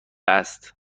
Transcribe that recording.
است